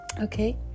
okay